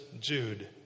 Jude